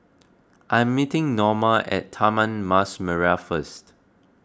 I am meeting Norma at Taman Mas Merah first